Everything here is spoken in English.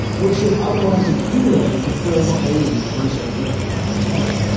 which should otherwise accumulate to fill the whole universe over infinite time.